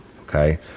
okay